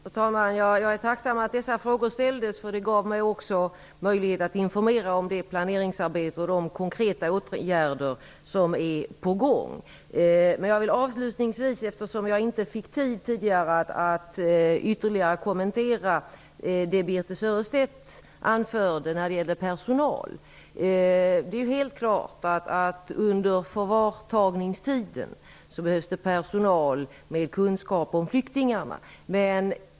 Fru talman! Jag är tacksam över att dessa frågor ställdes. Det gav mig också möjlighet att informera om det planeringsarbete och de konkreta åtgärder som är på gång. Jag fick inte tid tidigare att ytterligare kommentera det Birthe Sörestedt anförde när det gällde personalen. Därför vill jag avslutningsvis säga att det är helt klart att det under förvartagningstiden behövs personal med kunskap om flyktingarna.